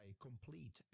Complete